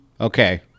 okay